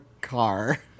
Car